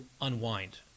unwind